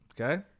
Okay